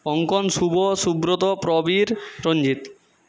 অঙ্কন শুভ সুব্রত প্রবীর রঞ্জিত